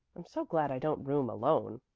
i'm so glad i don't room alone.